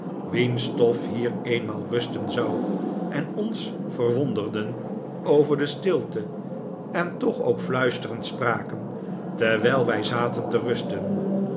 wiens stof hier eenmaal rusten zou en ons verwonderden over de stilte en toch ook fluisterend spraken terwijl wij zaten te rusten